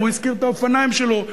והוא השכיר את האופניים שלו.